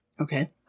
Okay